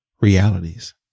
realities